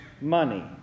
money